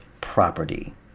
Property